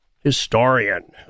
historian